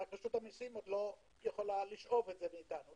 אבל רשות המיסים עוד לא יכולה לקבל את זה מאתנו,